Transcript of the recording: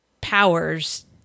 powers